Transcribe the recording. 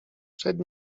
przed